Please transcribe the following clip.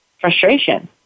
frustration